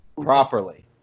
Properly